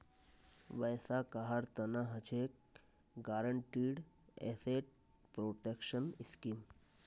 वैसा कहार तना हछेक गारंटीड एसेट प्रोटेक्शन स्कीम